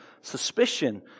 suspicion